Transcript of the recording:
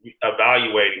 evaluating